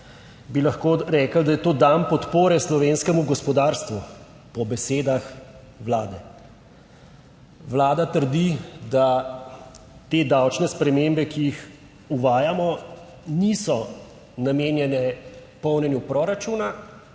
bi lahko rekli, da je to dan podpore slovenskemu gospodarstvu, po besedah vlade. Vlada trdi, da te davčne spremembe, ki jih uvajamo, niso namenjene polnjenju proračuna,